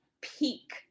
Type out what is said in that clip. peak